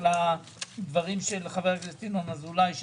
אחרי המילים "מנהל רשות המסים רשאי לקבוע" יבוא